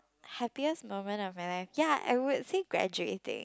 happiest moment of my life ya I would say graduating